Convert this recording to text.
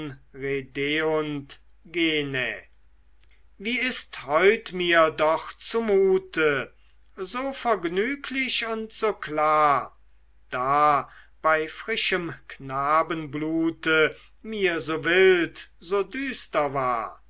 wie ist heut mir doch zumute so vergnüglich und so klar da bei frischem knabenblute mir so wild so düster war